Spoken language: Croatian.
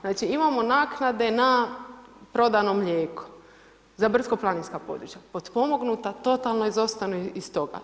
Znači imamo naknade na prodano mlijeko za brdsko-planinska područja, potpomognuta totalno izostavljena iz toga.